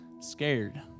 scared